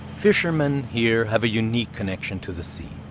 fishermen here have a unique connection to the sea,